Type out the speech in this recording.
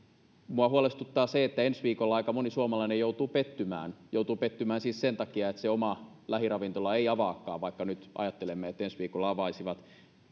minua huolestuttaa se että ensi viikolla aika moni suomalainen joutuu pettymään joutuu pettymään siis sen takia että se oma lähiravintola ei avaakaan vaikka nyt ajattelemme että ensi viikolla he avaisivat